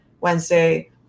wednesday